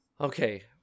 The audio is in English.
Okay